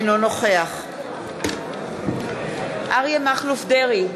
אינו נוכח אריה מכלוף דרעי,